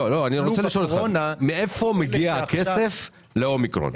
מאיפה מגיע הכסף לאומיקרון?